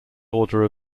order